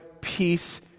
peace